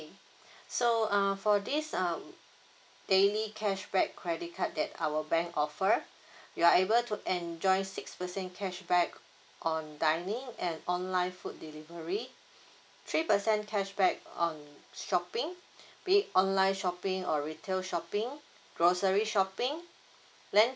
so err for this um daily cashback credit card that our bank offer you are able to enjoy six percent cashback on dining and online food delivery three percent cashback on shopping being online shopping or retail shopping grocery shopping then